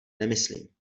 nemyslím